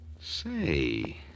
Say